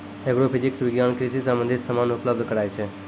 agrophysics विज्ञान कृषि संबंधित समान उपलब्ध कराय छै